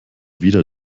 wieder